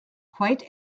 quite